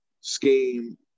scheme